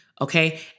Okay